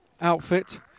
outfit